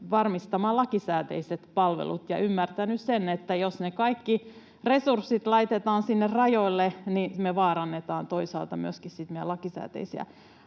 varmistamaan lakisääteiset palvelut, ja ymmärtänyt sen, että jos ne kaikki resurssit laitetaan sinne rajoille, niin me vaarannetaan toisaalta myöskin sitten meidän lakisääteisiä